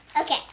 Okay